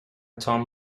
tom